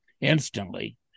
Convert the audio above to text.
instantly